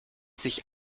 sich